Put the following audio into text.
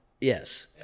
Yes